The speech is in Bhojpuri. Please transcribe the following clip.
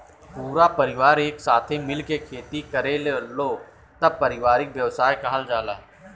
पूरा परिवार एक साथे मिल के खेती करेलालो तब पारिवारिक व्यवसाय कहल जाला